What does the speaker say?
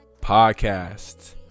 podcast